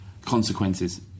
Consequences